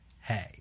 Hey